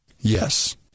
Yes